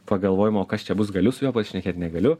pagalvojimo o kas čia bus galiu su juo pašnekėt negaliu